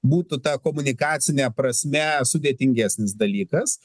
būtų ta komunikacine prasme sudėtingesnis dalykas